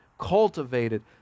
cultivated